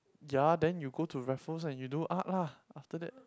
ya then you go to Raffles and you do art lah after that